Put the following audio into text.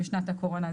בשנת הקורונה.